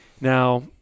Now